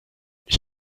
ich